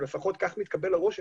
או לפחות כך מתקבל הרושם,